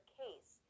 case